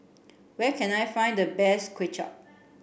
where can I find the best Kway Chap